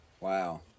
Wow